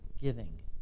giving